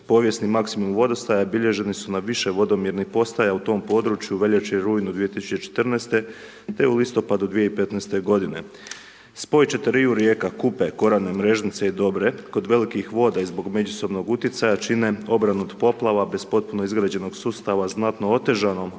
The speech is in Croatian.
povijesni maksimumi vodostaja bilježeni su na više vodomjernih postaja u tom području u veljači, rujnu 2014. te u listopadu 2015. godine. Spoj četiriju rijeka Kupe, Korane, Mrežnice i Dobre kod velikih voda i zbog međusobnog utjecaja čine obranu od poplava bez potpuno izgrađenog sustava znatno otežanom,